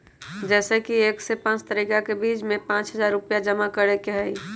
जैसे कि एक से पाँच तारीक के बीज में पाँच हजार रुपया जमा करेके ही हैई?